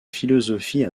philosophie